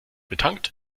betankt